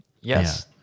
Yes